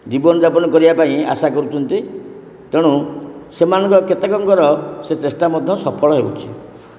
ଜୀବନଯାପନ କରିବାପାଇଁ ଆଶା କରୁଛନ୍ତି ତେଣୁ ସେମାଙ୍କର କେତେକଙ୍କର ସେ ଚେଷ୍ଟା ମଧ୍ୟ ସଫଳ ହେଉଛି